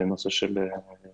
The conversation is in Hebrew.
נושא עליו